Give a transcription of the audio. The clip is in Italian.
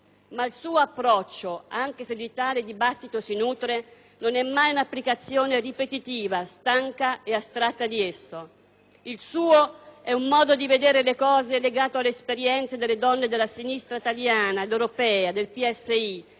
ma il suo approccio, anche se di tale dibattito si nutre, non è mai un'applicazione ripetitiva, stanca e astratta di esso. Il suo è un modo di vedere le cose legato all'esperienza delle donne della sinistra italiana ed europea, del PSI,